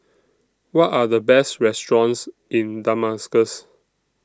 What Are The Best restaurants in Damascus